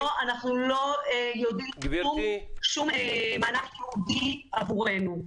אנחנו לא יודעים על שום מענק ייעודי עבורנו.